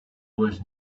was